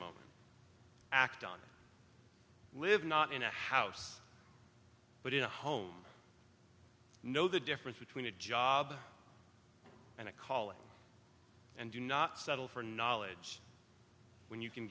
moment act on live not in a house but in a home know the difference between a job and a calling and do not settle for knowledge when you can